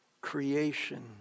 creation